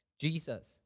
Jesus